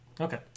Okay